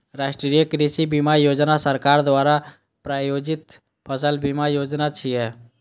राष्ट्रीय कृषि बीमा योजना सरकार द्वारा प्रायोजित फसल बीमा योजना छियै